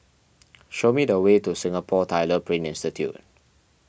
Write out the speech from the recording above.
show me the way to Singapore Tyler Print Institute